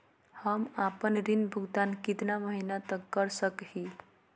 हम आपन ऋण भुगतान कितना महीना तक कर सक ही?